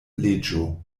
leĝo